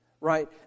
right